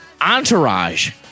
Entourage